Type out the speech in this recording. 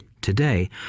today